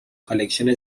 کالکشن